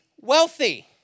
wealthy